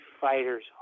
fighter's